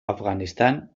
afganistán